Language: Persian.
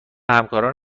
همکاران